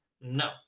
No